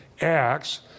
Acts